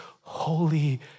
holy